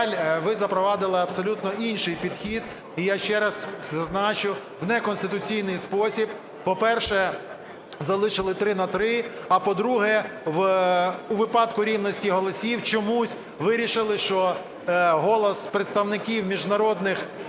ви запровадили абсолютно інший підхід. І я ще раз зазначу, в неконституційний спосіб. По-перше, залишили 3 на 3. А по-друге, у випадку рівності голосів чомусь вирішили, що голос представників міжнародних